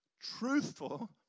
truthful